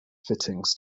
fittings